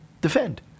defend